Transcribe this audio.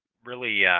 really